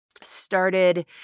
started